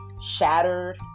shattered